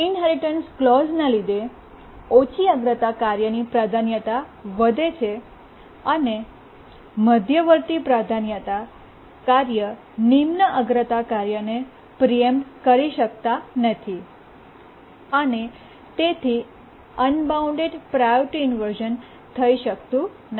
inheritance ક્લૉજ઼ને લીધે ઓછી અગ્રતા કાર્યની પ્રાધાન્યતા વધે છે અને મધ્યવર્તી પ્રાધાન્યતા કાર્ય નિમ્ન અગ્રતા કાર્યને પ્રીએમ્પ્ટ કરી શકતા નથી અને તેથી અનબાઉન્ડ પ્રાયોરિટી ઇન્વર્શ઼ન થઈ શકતું નથી